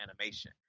animation